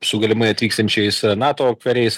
su galimai atvyksiančiais nato kariais